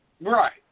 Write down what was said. Right